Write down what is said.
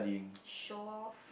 show off